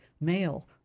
male